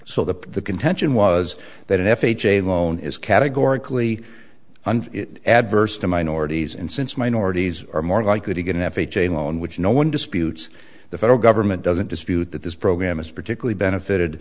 so the contention was that an f h a loan is categorically adverse to minorities and since minorities are more likely to get an f h a loan which no one disputes the federal government doesn't dispute that this program is particularly benefited